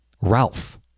Ralph